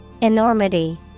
Enormity